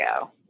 go